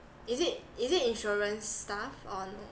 is it is it insurance stuff on